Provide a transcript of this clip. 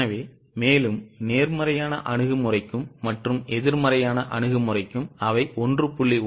எனவே மேலும் நேர்மறையான அணுகுமுறைக்கும் மற்றும் எதிர்மறையான அணுகுமுறைக்கும் அவை 1